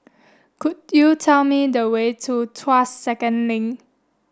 could you tell me the way to Tuas Second Link